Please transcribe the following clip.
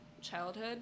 childhood